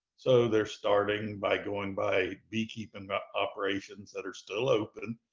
so they're starting by going by beekeeping operations that are still open.